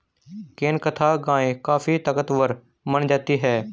केंकथा गाय काफी ताकतवर मानी जाती है